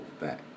back